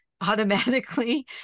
automatically